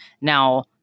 Now